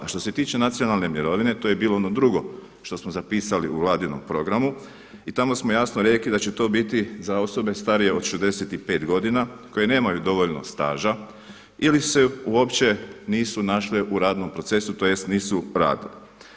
A što se tiče nacionalne mirovine to je bilo ono drugo što smo zapisali u vladinom programu i tamo smo jasno rekli da će to biti za osobe starije od 65 godine koje nemaju dovoljno staža ili se uopće nisu našle u radnom procesu, tj. nisu radile.